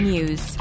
News